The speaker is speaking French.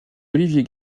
olivier